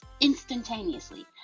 instantaneously